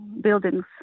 buildings